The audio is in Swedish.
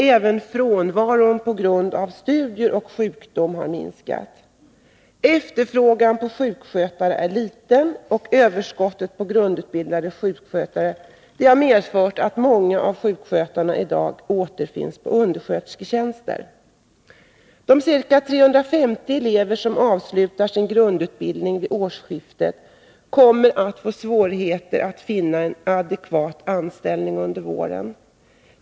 Även frånvaron på grund av studier och sjukdom har minskat. Efterfrågan på sjukskötare är liten, och överskottet på grundutbildade sjukskötare har medfört att många av sjukskötarna i dag återfinns på underskötersketjänster. De ca 350 elever som avslutar sin grundutbildning vid årsskiftet kommer att få svårigheter när det gäller att finna en adekvat anställning under våren.